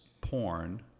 porn